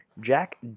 Jack